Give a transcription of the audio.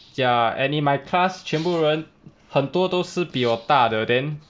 ya and in my class 全部人很多都是比:quan bu ren hen duo dou shi bisexual 较大的 then